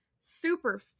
super